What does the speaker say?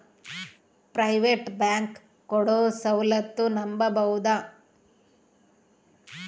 Private bank ಕೊಡೊ ಸೌಲತ್ತು ನಂಬಬೋದ?